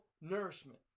nourishment